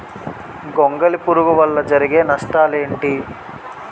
గొంగళి పురుగు వల్ల జరిగే నష్టాలేంటి?